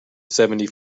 seventy